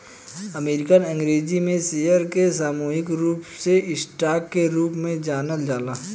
American अंग्रेजी में share के सामूहिक रूप से स्टॉक के रूप में जानल जाला